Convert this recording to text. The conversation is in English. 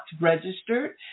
registered